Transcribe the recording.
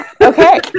Okay